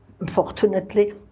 unfortunately